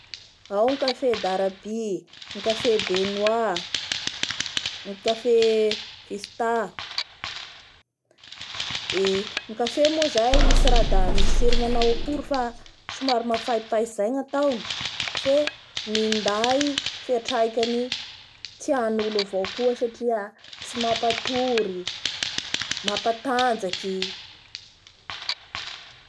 Ao ny café darabi, kafe benoi, ny café vista, eee ny kafe moa zay tsy raha da misy tsiro manaoa kory fa somary mafaiapaiatsy zay ny nataony fe minday fiatraikany tian'olo avao koa satria tsy mamapatory, mamapatanjaky,